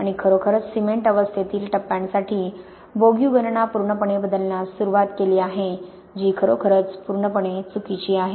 आणि खरोखरच सिमेंट अवस्थेतील टप्प्यांसाठी बोग्यू गणना पूर्णपणे बदलण्यास सुरुवात केली आहे जी खरोखरच पूर्णपणे चुकीची आहे